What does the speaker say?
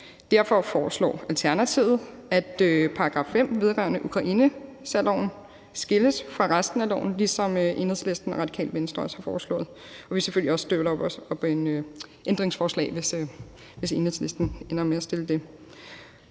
Derfor foreslår Alternativet, at § 5 vedrørende Ukrainesærloven skilles fra resten af lovforslaget, som Enhedslisten og Radikale Venstre også har foreslået. Vi vil selvfølgelig også støtte op om et ændringsforslag om det, hvis Enhedslisten ender med at stille det.